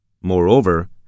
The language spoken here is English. Moreover